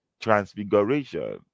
transfiguration